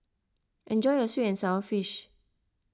enjoy your Sweet and Sour Fish